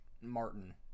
Martin